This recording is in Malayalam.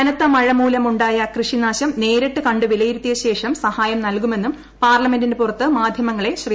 കനത്ത മഴമൂലം ഉായ കൃഷിനാശം നേരിട്ടു ക്ലൂർ വിലയിരുത്തിയ ശേഷം സഹായം നൽകുമെന്നും പാർലമെന്റിനു പുറത്ത് മാധ്യമങ്ങളെ ശ്രീ